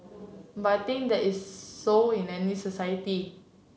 but I think that is so in any society